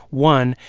one,